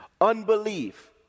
unbelief